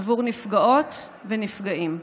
עבור נפגעות ונפגעים.